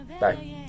Bye